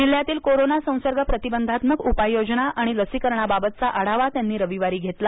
जिल्ह्यातील कोरोना संसर्ग प्रतिबंधात्मक उपाययोजना आणि लसीकरणाबाबतचा आढावा त्यांना रविवारी घेतला